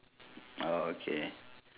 orh okay